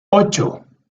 ocho